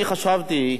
אני חשבתי,